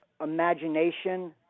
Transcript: imagination